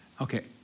Okay